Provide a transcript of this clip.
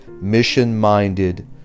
mission-minded